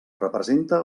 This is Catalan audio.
representa